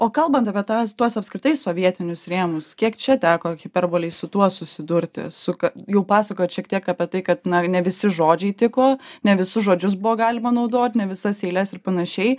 o kalbant apie tą tuos apskritai sovietinius rėmus kiek čia teko hiperbolei su tuo susidurti suka jau pasakojo šiek tiek apie tai kad na ne visi žodžiai tiko ne visus žodžius buvo galima naudoti ne visas eiles ir panašiai